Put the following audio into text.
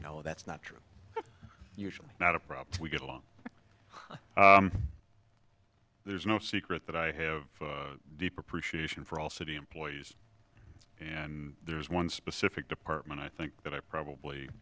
you know that's not true usually not a problem we get along there's no secret that i have a deeper appreciation for all city employees you know there's one specific department i think that i probably